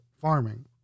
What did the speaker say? farming